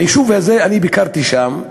ביישוב הזה, ביקרתי שם,